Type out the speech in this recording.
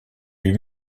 lui